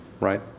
right